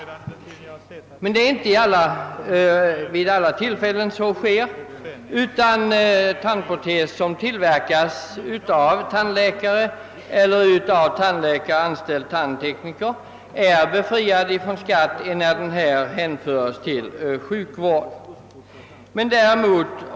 Så sker emellertid inte vid alla tillfällen. Tandprotes som tillverkas av tandläkare eller av hos tandläkare anställd tandtekniker är befriad från skatt, enär den då hänföres till sjukvård.